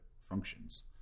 functions